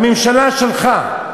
הממשלה שלך?